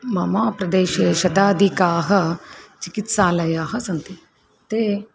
मम प्रदेशे शताधिकाः चिकित्सालयाः सन्ति ते